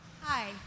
Hi